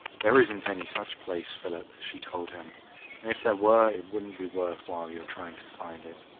there isn't any such place, philip, she told him, and if there were it wouldn't be worth while your trying to find it.